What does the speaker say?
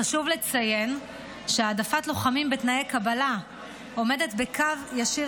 חשוב לציין שהעדפת לוחמים בתנאי קבלה עומדת בקו ישיר